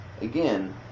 again